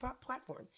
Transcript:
platform